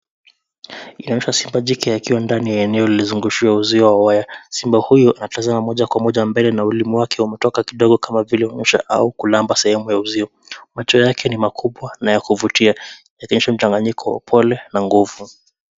Inaonyesha simba jike akiwa ndani ya eneo lililozungushiwa uzio wa waya. Simba huyu anatazama moja kwa moja mbele na ulimi wake umetoka kidogo kama vile kuonyesha au kulamba sehemu ya uzio. Macho yake ni makubwa na ya kuvutia yakionyesha mchanganyiko wa upole na nguvu.